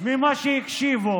ממה שהקשיבו